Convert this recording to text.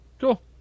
Cool